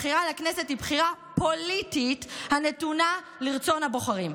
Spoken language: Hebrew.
הבחירה לכנסת היא בחירה פוליטית הנתונה לרצון הבוחרים.